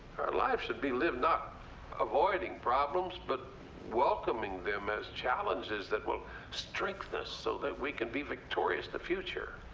our lives should be lived not avoiding problems, but welcoming them as challenges that will strengthen us. so that we can be victorious in the future.